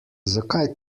zakaj